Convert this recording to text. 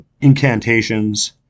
incantations